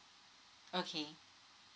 okay